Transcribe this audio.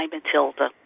Matilda